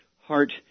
heart